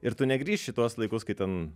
ir tu negrįši į tuos laikus kai ten